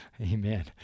Amen